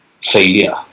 failure